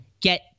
get